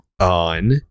on